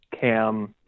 cam